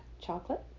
chocolate